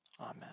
Amen